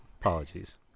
Apologies